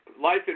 life